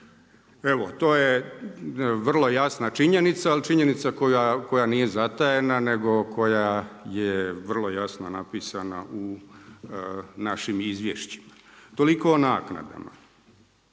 Evo to je vrlo jasna činjenica, ali činjenica koja nije zatajena nego koja je vrlo jasno napisana u našim izvješćima. Toliko o naknadama.